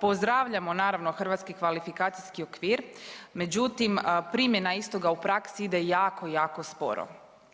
Pozdravljamo naravno hrvatski kvalifikacijski okvir, međutim primjena istoga u praksi ide jako, jako sporo.